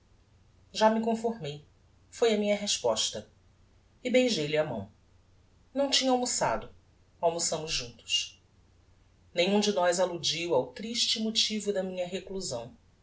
já me conformei foi a minha resposta e beijei lhe a mão não tinha almoçado almoçámos juntos nenhum de nós alludiu ao triste motivo da minha reclusão